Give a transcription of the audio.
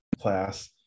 class